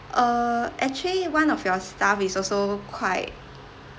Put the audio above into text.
uh actually one of your staff is also quite